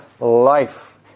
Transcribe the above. life